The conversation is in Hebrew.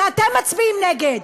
שאתם מצביעים נגד,